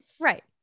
right